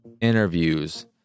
interviews